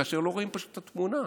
כאשר פשוט לא רואים את התמונה.